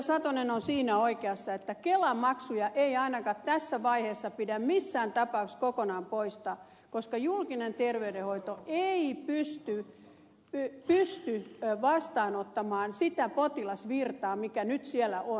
satonen on siinä oikeassa että kela maksuja ei ainakaan tässä vaiheessa pidä missään tapauksessa kokonaan poistaa koska julkinen terveydenhoito ei pysty vastaanottamaan sitä potilasvirtaa mikä nyt siellä on